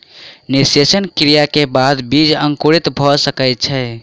निषेचन क्रिया के बाद बीज अंकुरित भ सकै छै